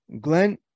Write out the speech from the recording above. Glenn